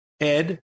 ed